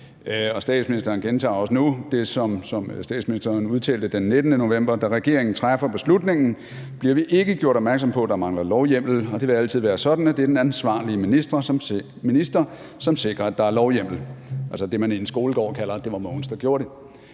statsministeren gentager også nu det, som statsministeren udtalte den 19. november: Da regeringen træffer beslutningen, bliver vi ikke gjort opmærksom på, at der mangler lovhjemmel. Og det vil altid være sådan, at det er den ansvarlige minister, som sikrer, at der er lovhjemmel. Altså det, man i en skolegård kalder, at det var Mogens, der gjorde det.